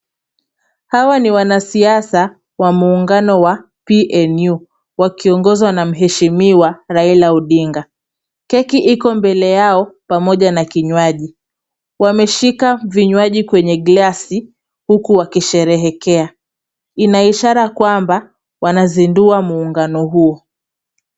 Hawa ni wanasiasa wa muungano wa PNU, wakiongozwa na mheshimiwa Raila Odinga. Keki iko mbele yao pamoja na kinywaji. Wameshika vinywaji kwenye glass , huku wakisherehekesa. Ina ishara kwamba, wanazindua muungano huu.